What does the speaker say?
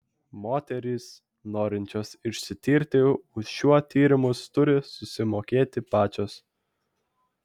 moterys norinčios išsitirti už šiuo tyrimus turi susimokėti pačios